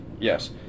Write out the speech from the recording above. Yes